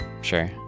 Sure